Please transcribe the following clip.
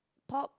pop